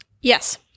Yes